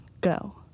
Go